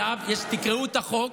תקראו את החוק.